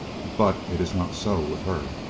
but it is not so with her.